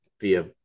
via